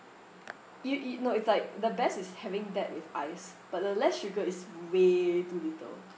you you no it's like the best is having that with ice but the less sugar is way too little